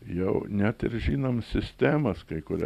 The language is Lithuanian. jau net ir žinom sistemas kai kuria